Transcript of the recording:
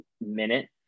minute